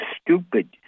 stupid